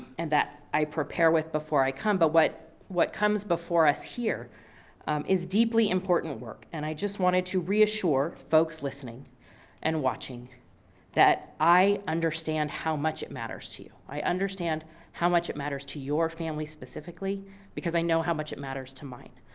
and that i prepare with before i come, but what what comes before us here is deeply important work. and i just wanted to reassure folks listening and watching that i understand how much it matters to you. i understand how much it matters to your family specifically because i know how much it matters to mine.